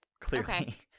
clearly